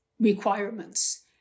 requirements